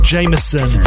Jameson